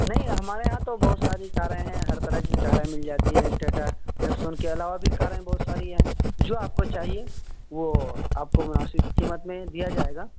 نہیں ہمارے یہاں تو بہت ساری کاریں ہیں ہر طرح کی کاریں مل جاتی ہیں ٹاٹا نیکسون کے علاوہ بھی کاریں بہت ساری ہیں جو آپ کو چاہیے وہ آپ کو مناسب قیمت میں دیا جائے گا